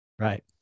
Right